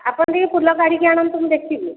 ଆପଣ ଟିକେ ଫୁଲ କାଢ଼ିକି ଆଣନ୍ତୁ ମୁଁ ଦେଖିବି